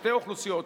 שתי אוכלוסיות,